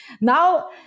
Now